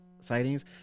sightings